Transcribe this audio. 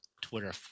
Twitter